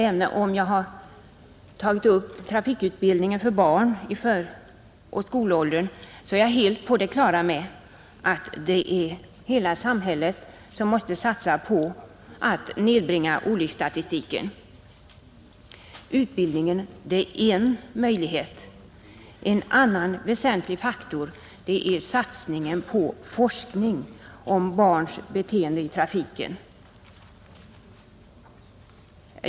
Även om jag har tagit upp trafikutbildningen för barn i förskoleoch skolåldern, är jag helt på det klara med att det är hela samhället som måste satsa på att nedbringa olycksstatistiken. Utbildningen är en möjlighet. En annan väsentlig faktor är satsningen på forskning om barns beteende i trafiken.